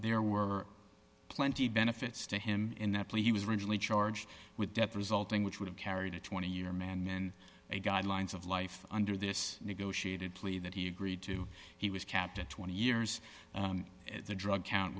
there were plenty benefits to him in that plea he was originally charged with death resulting which would have carried a twenty year man and a guidelines of life under this negotiated plea that he agreed to he was kept at twenty years at the drug count